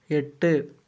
எட்டு